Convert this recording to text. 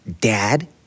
Dad